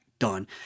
done